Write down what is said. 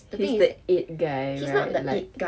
he's that tit guy right like